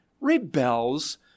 rebels